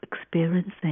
experiencing